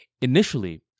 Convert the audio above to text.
Initially